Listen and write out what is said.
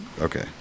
okay